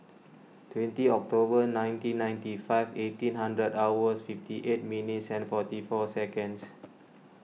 twenty October nineteen ninety five eighteen hundred hours fifty eight minutes and forty four seconds